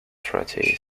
treaty